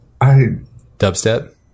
Dubstep